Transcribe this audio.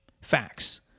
facts